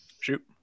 Shoot